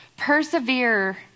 Persevere